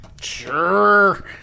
Sure